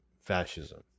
fascism